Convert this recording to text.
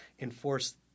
enforce